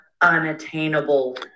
unattainable